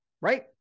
right